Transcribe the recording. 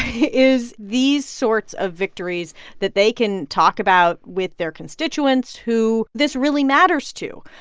is these sorts of victories that they can talk about with their constituents, who this really matters to.